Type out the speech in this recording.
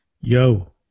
Yo